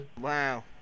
Wow